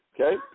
okay